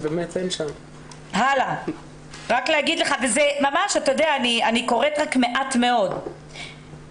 אני קוראת רק מעט מאוד ממה שקיבלתי.